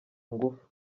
ngufu